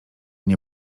nie